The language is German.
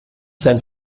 sein